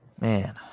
Man